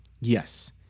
Yes